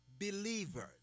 believers